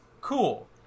Cool